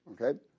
Okay